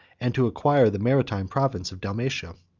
and to acquire the maritime province of dalmatia.